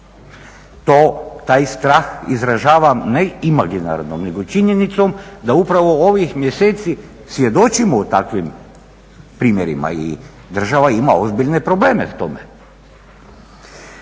Taj strah izražavam ne imaginarno nego činjenicom da upravo ovih mjeseci svjedočimo takvim primjerima i država ima ozbiljne probleme s tim.